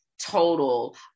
total